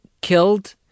killed